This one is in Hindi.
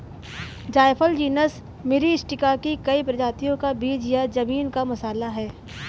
जायफल जीनस मिरिस्टिका की कई प्रजातियों का बीज या जमीन का मसाला है